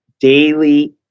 daily